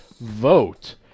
vote